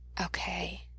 Okay